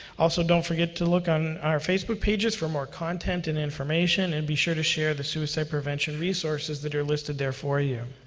also, don't forget to look on our facebook pages for more content and information, and be sure to share the suicide prevention resources that are listed there for you.